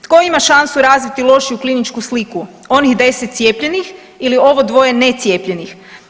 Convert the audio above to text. Tko ima šansu razviti lošiju kliničku sliku, onih 10 cijepljenih ili ovo dvoje necijepljenih?